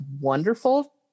wonderful